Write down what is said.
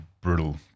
brutal